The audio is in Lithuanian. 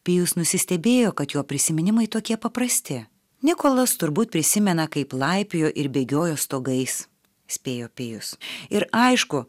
pijus nusistebėjo kad jo prisiminimai tokie paprasti nikolas turbūt prisimena kaip laipiojo ir bėgiojo stogais spėjo pijus ir aišku